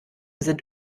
sind